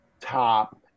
top